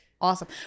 awesome